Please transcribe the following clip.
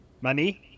Money